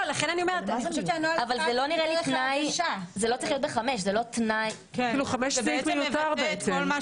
סעיף (5) הוא סעיף מיותר.